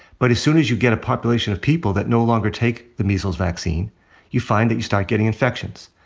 but as soon as you get a population of people that no longer take the measles vaccine you find that you start getting infections.